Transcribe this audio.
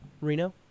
Reno